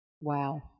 Wow